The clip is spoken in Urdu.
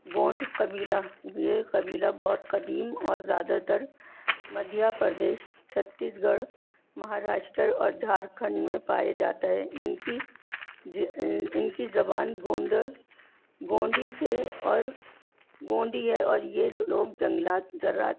گونڈ قبیلہ یہ قبیلہ بہت قدیم اور زیادہ تر مدھیہ پردیش چھتیس گڑھ مہاراشٹر اور جھارکھنڈ میں پایا جاتا ہے ان کی ان کی زبان گونڈ گونڈی سے اور گونڈی ہے اور یہ لوگ جنگلات زراعت